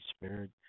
Spirit